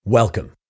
Welcome